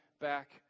back